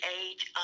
age